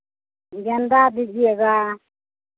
गेंदा दीजिएगा